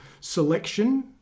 selection